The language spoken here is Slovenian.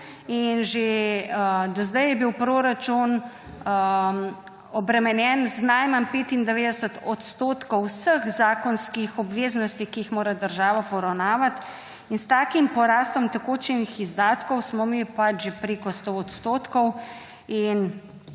in že do zdaj je bil proračun obremenjen z najmanj 95 odstotkov vseh zakonskih obveznosti, ki jih mora država poravnavati. S takim porastom tekočih izdatkov smo mi pač že preko 100 odstotkov in